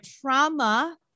trauma